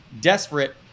desperate